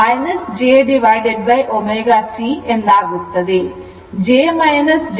j jω C ಇದು ನಿಜವಾಗಿ ಪರಿಮಾಣ ವಾಗಿರುತ್ತದೆ